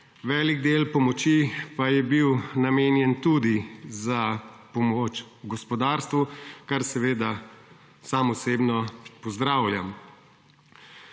velik del pomoči pa je bil namenjen tudi za pomoč gospodarstvu, kar seveda sam osebno pozdravljam.